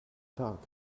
tag